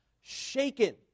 shaken